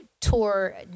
tour